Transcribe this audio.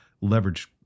leverage